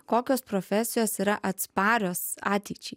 kokios profesijos yra atsparios ateičiai